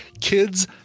Kids